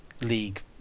league